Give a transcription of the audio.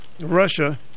Russia